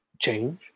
change